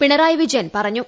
പിണറായി വിജയൻ പറഞ്ഞു